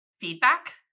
feedback